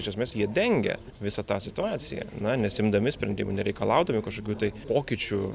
iš esmės jie dengia visą tą situaciją na nesiimdami sprendimų nereikalaudami kažkokių tai pokyčių